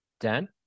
Dan